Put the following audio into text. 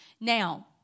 Now